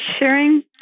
sharing